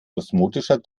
osmotischer